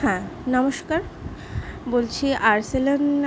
হ্যাঁ নমস্কার বলছি আর্সেলান